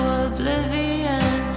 oblivion